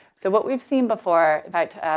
so what we've seen before in fact, um,